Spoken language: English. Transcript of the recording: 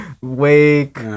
Wake